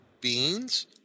beans